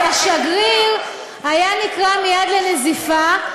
השגריר היה נקרא מייד לנזיפה,